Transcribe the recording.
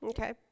Okay